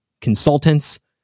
consultants